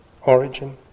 Origin